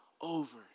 over